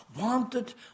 wanted